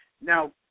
now